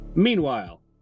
Meanwhile